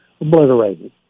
obliterated